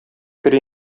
кер